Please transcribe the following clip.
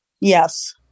Yes